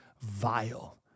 vile